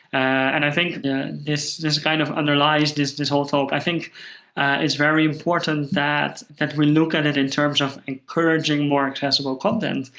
and i think this this kind of underlies this this whole talk. i think it's very important that that we look at it in terms of encouraging more accessible content,